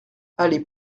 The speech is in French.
allée